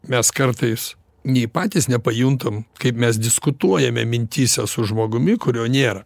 mes kartais nei patys nepajuntam kaip mes diskutuojame mintyse su žmogumi kurio nėra